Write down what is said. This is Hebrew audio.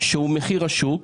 זה לא סיפור פשוט.